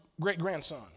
great-grandson